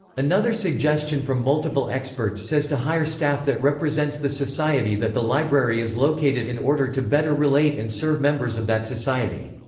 another suggestion from multiple experts says to hire staff that represents the society that the library is located in order to better relate and serve members of that society.